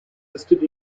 listed